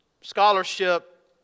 scholarship